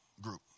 group